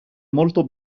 molto